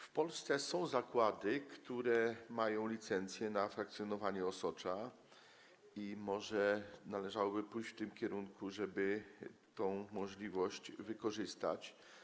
W Polsce są zakłady, które mają licencję na frakcjonowanie osocza, i może należałoby pójść w tym kierunku, żeby tę możliwość wykorzystać.